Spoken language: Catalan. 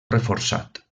reforçat